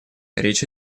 речь